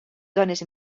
dones